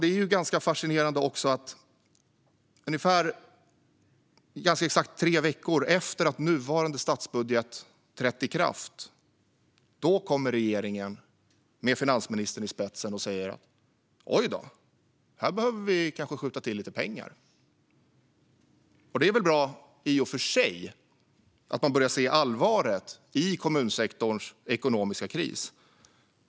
Det är fascinerande att ganska exakt tre veckor efter att nuvarande statsbudget trätt i kraft kom regeringen med finansministern i spetsen och sa: Oj då, här behöver vi kanske skjuta till lite pengar. Det är väl i och för sig bra att man börjar se allvaret i kommunsektorns ekonomiska kris.